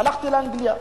הלכתי לאנגליה.